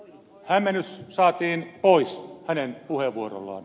hämmennys saatiin pois hänen puheenvuorollaan